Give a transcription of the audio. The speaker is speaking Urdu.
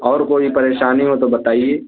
اور کوئی پریشانی ہو تو بتائیے